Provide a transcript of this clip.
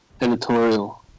Editorial